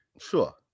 Sure